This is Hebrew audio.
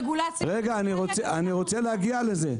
אם אפשר את הרגולציה --- אני אגיע לזה.